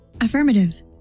Affirmative